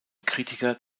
kritiker